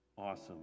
awesome